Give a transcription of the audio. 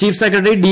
chief secretary D